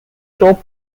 top